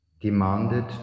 Demanded